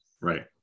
Right